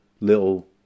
little